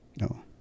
No